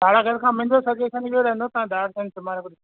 तारागढ़ खां मुंहिंजो सज़ेशन इहो रहंदो तव्हां दारा सिंह स्मारक